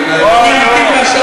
אני באמת רוצה